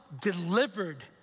delivered